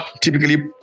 typically